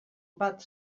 bat